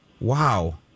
Wow